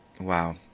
Wow